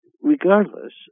regardless